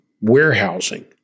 warehousing